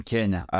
Kenya